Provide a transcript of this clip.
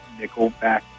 Nickelback